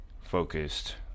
focused